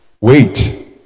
wait